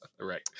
right